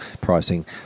pricing